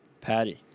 Patty